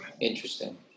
Interesting